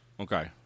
Okay